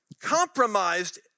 compromised